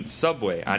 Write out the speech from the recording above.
subway